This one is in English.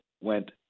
went